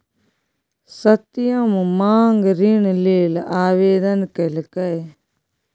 सत्यम माँग ऋण लेल आवेदन केलकै